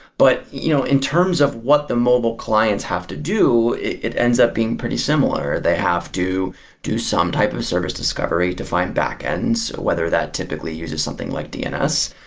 but you know in terms of what the mobile clients have to do, it ends up being pretty similar. they have to do some type of service discovery to find backends, whether that typically uses something like dns.